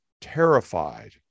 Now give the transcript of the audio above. terrified